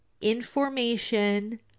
information